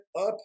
up